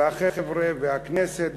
ושהחבר'ה והכנסת,